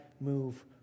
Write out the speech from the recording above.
move